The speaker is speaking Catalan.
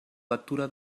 lectura